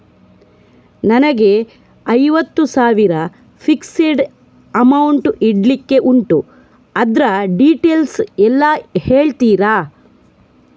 ನನಗೆ ಐವತ್ತು ಸಾವಿರ ಫಿಕ್ಸೆಡ್ ಅಮೌಂಟ್ ಇಡ್ಲಿಕ್ಕೆ ಉಂಟು ಅದ್ರ ಡೀಟೇಲ್ಸ್ ಎಲ್ಲಾ ಹೇಳ್ತೀರಾ?